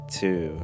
two